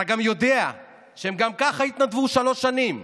אתה גם יודע שהם גם ככה התנדבו שלוש שנים.